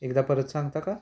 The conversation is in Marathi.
एकदा परत सांगता का